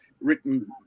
written